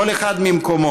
כל אחד ממקומו"